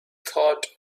thought